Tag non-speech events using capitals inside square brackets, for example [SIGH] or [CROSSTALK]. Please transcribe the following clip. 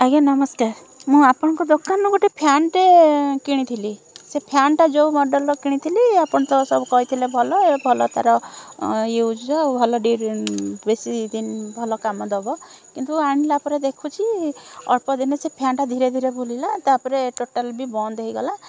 ଆଜ୍ଞା ନମସ୍କାର ମୁଁ ଆପଣଙ୍କ ଦୋକାନରୁ ଗୋଟେ ଫ୍ୟାନ୍ଟେ କିଣିଥିଲି ସେ ଫ୍ୟାନ୍ଟା ଯେଉଁ ମଡ଼େଲ୍ର କିଣିଥିଲି ଆପଣ ତ ସବୁ କହିଥିଲେ ଭଲ ଏ ଭଲ ତାର ୟୁଜ୍ ଆଉ ଭଲ [UNINTELLIGIBLE] ବେଶୀ ଦିନ ଭଲ କାମ ଦେବ କିନ୍ତୁ ଆଣିଲା ପରେ ଦେଖୁଛି ଅଳ୍ପ ଦିନରେ ସେଇ ଫ୍ୟାନ୍ଟା ଧିରେ ଧିରେ ବୁଲିଲା ତାପରେ ଟୋଟାଲ୍ ବି ବନ୍ଦ ହୋଇଗଲା